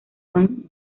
juan